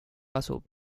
asub